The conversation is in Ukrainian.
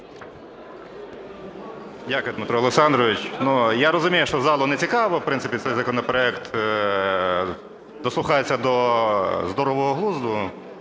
Дякую, Дмитро Олександрович. Ну, я розумію, що залу нецікаво в принципі цей законопроект, дослухатися до здорового глузду